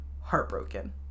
heartbroken